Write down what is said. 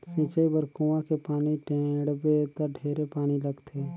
सिंचई बर कुआँ के पानी टेंड़बे त ढेरे पानी लगथे